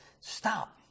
stop